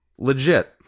legit